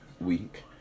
Week